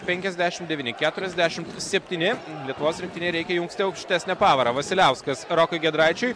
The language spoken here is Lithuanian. penkiasdešimt devyni keturiasdešimt septyni lietuvos rinktinei reikia jungti aukštesnę pavarą vasiliauskas rokui giedraičiui